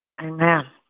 Amen